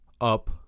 up